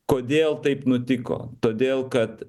kodėl taip nutiko todėl kad